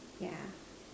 yeah